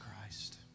Christ